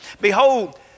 Behold